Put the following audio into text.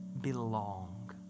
belong